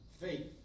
faith